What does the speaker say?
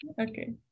Okay